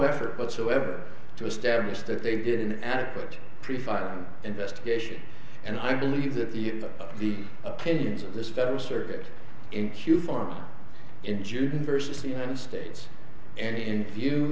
effort whatsoever to establish that they did an adequate proof of investigation and i believe that the the opinions of this federal circuit in q four in june versus the united states and in view